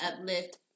uplift